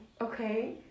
okay